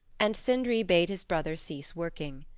and sindri bade his brother cease working.